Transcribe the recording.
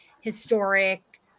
historic